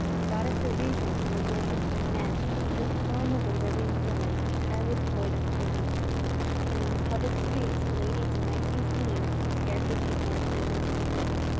the goddess of reason was worshipped by men, under the form of a living woman entirely devoid of clothing and in the public streets ladies might be seen who scarcely paid more attention to decorum.